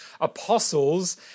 apostles